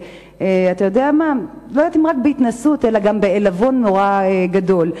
אני לא יודעת אם רק בהתנשאות או גם בעלבון נורא גדול.